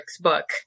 book